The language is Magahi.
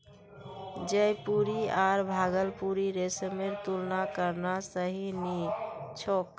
जयपुरी आर भागलपुरी रेशमेर तुलना करना सही नी छोक